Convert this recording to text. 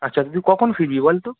আচ্ছা তুই কখন ফিরবি বলতো